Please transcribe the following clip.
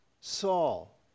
Saul